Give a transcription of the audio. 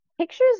Pictures